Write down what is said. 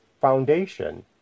foundation